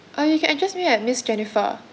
uh you can address me at miss jennifer